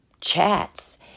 chats